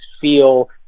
feel